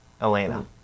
Elena